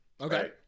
okay